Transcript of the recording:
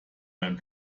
mein